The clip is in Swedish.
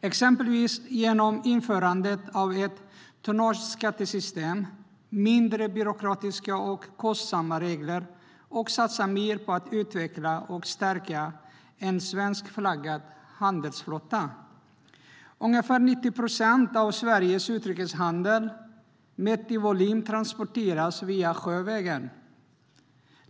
exempelvis genom införande av ett tonnageskattesystem, genom mindre byråkratiska och kostsamma regler och genom att man satsar mer på att utveckla och stärka en svenskflaggad handelsflotta. När det gäller Sveriges utrikeshandel transporteras ungefär 90 procent, mätt i volym, sjövägen.